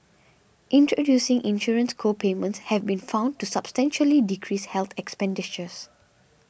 introducing insurance co payments have been found to substantially decrease health expenditures